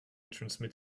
transmit